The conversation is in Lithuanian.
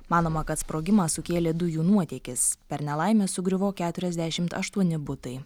manoma kad sprogimą sukėlė dujų nuotėkis per nelaimę sugriuvo keturiasdešimt aštuoni butai